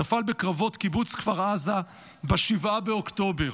הוא נפל בקרבות קיבוץ כפר עזה ב-7 באוקטובר,